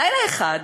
לילה אחד,